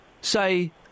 say